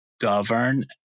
govern